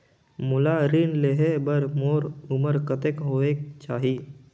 मोला ऋण लेहे बार मोर उमर कतेक होवेक चाही?